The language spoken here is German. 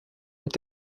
mit